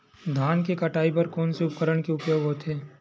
धान के कटाई बर कोन से उपकरण के उपयोग होथे?